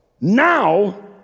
Now